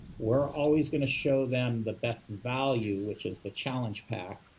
we're always going to show them the best value, which is the challenge pack,